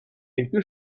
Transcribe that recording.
quelque